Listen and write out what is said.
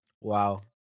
Wow